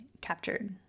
captured